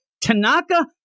Tanaka